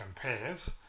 compares